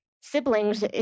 siblings